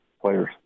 players